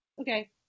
Okay